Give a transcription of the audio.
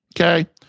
Okay